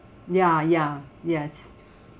ya ya yes